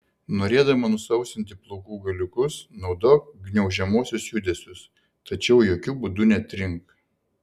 norėdama nusausinti plaukų galiukus naudok gniaužiamuosius judesius tačiau jokiu būdu netrink